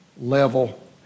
Level